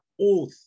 oath